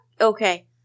okay